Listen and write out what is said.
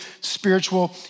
spiritual